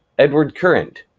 edwardcurrent,